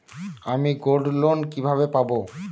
আমি গোল্ডলোন কিভাবে পাব?